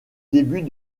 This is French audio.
début